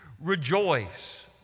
Rejoice